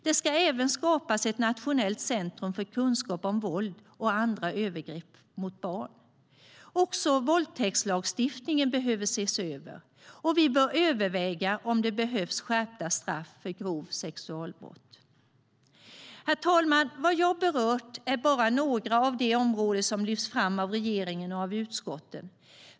Det ska även skapas ett nationellt centrum för kunskap om våld och andra övergrepp mot barn. Också våldtäktslagstiftningen behöver ses över, och vi bör överväga om det behövs skärpta straff för grova sexualbrott. Herr talman! Vad jag har berört är bara några av de områden som lyfts fram av regeringen och av utskottet.